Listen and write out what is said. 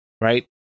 right